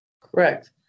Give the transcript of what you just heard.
Correct